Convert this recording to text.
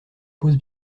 pause